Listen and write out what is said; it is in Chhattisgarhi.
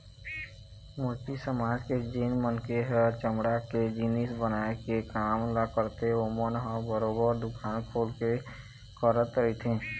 मोची समाज के जेन मनखे ह चमड़ा के जिनिस बनाए के काम ल करथे ओमन ह बरोबर दुकान खोल के करत रहिथे